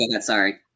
sorry